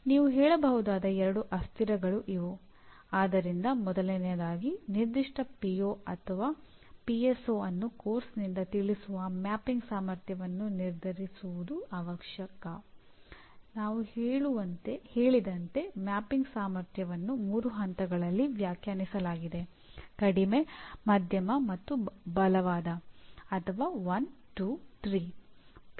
ಯಾರಾದರೂ ಉನ್ನತ ಶಿಕ್ಷಣಕ್ಕಾಗಿ ಹೋಗಲು ಬಯಸಬಹುದು ಆದರೆ ಅವರ ಕುಟುಂಬವು ಅವನು ತಕ್ಷಣ ಉದ್ಯೋಗವನ್ನು ಪಡೆಯಬೇಕು ಎಂದು ಬಯಸಿದರೆ ಅವನು ಉನ್ನತ ಶಿಕ್ಷಣದ ಬದಲು ಉದ್ಯೋಗಕ್ಕಾಗಿ ಹೋಗಬೇಕಾಗುತ್ತದೆ